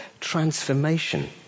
transformation